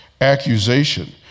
accusation